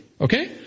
Okay